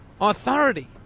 authority